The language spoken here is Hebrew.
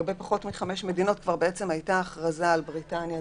לגבי פחות מחמש מדינות כבר בעצם הייתה הכרזה על בריטניה,